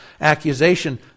accusation